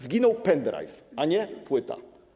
Zginął pendrive, a nie płyta.